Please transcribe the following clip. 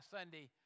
Sunday